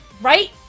Right